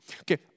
Okay